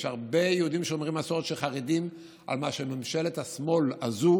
יש הרבה יהודים שומרי מסורת שחרדים על מה שממשלת השמאל הזאת